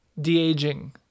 de-aging